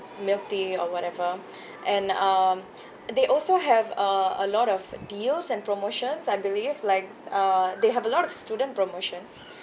milk tea or whatever and um they also have uh a lot of deals and promotions I believe like uh they have a lot of student promotions